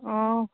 অঁ